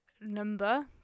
number